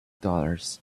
dollars